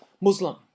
Muslim